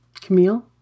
camille